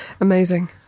Amazing